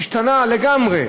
השתנה לגמרי.